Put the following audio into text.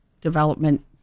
development